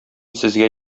сезгә